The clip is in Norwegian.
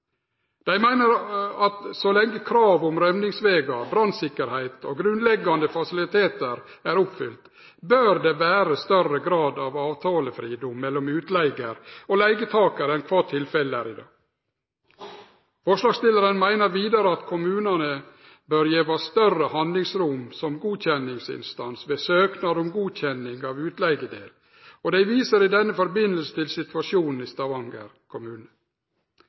Dei meiner at så lenge krav om rømmingsvegar, brannsikkerheit og grunnleggjande fasilitetar er oppfylte, bør det vere større grad av avtalefridom mellom utleigar og leigetakar enn tilfellet er i dag. Forslagsstillarane meiner vidare at kommunane bør gjevast større handlingsrom som godkjenningsinstans ved søknad om godkjenning av utleigedel, og dei viser i denne samanhengen til situasjonen i Stavanger kommune.